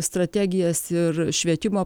strategijas ir švietimo